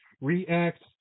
react